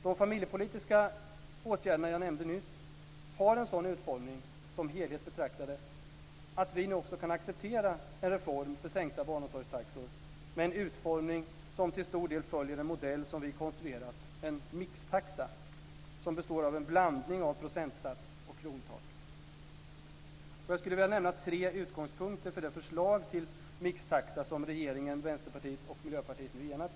De familjepolitiska åtgärderna som jag nämnde nyss har i sin helhet en sådan utformning att vi nu också kan acceptera en reform för sänkta barnomsorgstaxor med en utformning som till stor del följer en modell som vi har konstruerat, en mixtaxa, som består av en blandning av procentsats och krontak. Jag vill nämna tre utgångspunkter för det förslag till mixtaxa som regeringen, Vänsterpartiet och Miljöpartiet nu har enats om.